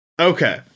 Okay